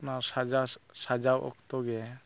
ᱚᱱᱟ ᱥᱟᱡᱟᱣ ᱥᱟᱡᱟᱣ ᱚᱠᱛᱚᱜᱮ